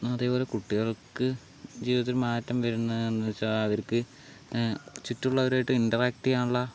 അതേപോലെ കുട്ടികൾക്ക് ജീവിതത്തിൽ മാറ്റം വരുന്നതെന്താ വെച്ചാൽ അവർക്ക് ചുറ്റുമുള്ളവർക്ക് ഇൻ്ററാക്ട് ചെയ്യാനുള്ള